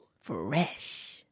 fresh